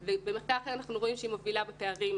ובמחקר אחר אנחנו רואים שהיא מובילה בפערים.